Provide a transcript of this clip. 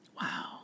Wow